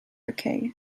okay